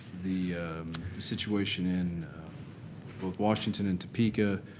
the situation in both washington and topeka,